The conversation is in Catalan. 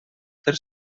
fer